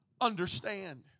Understand